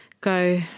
go